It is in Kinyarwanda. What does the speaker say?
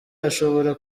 ashobora